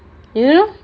you know